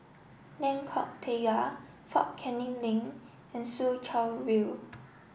Lengkok Tiga Fort Canning Link and Soo Chow View